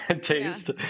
taste